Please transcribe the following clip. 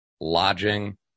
lodging